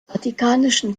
vatikanischen